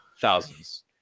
thousands